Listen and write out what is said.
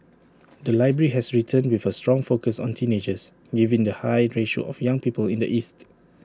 the library has returned with A strong focus on teenagers given the high ratio of young people in the east